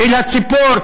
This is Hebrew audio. "אל הציפור",